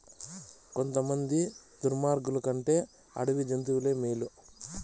కొంతమంది దుర్మార్గులు కంటే అడవి జంతువులే మేలు